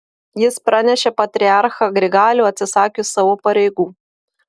jis pranešė patriarchą grigalių atsisakius savo pareigų